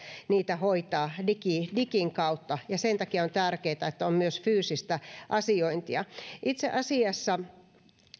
niitä hoitaa digin digin kautta ja sen takia on tärkeätä että on myös fyysistä asiointia itse asiassa